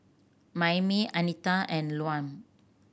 Mayme Anita and Lum